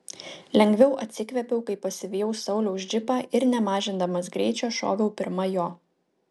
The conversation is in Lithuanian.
lengviau atsikvėpiau kai pasivijau sauliaus džipą ir nemažindamas greičio šoviau pirma jo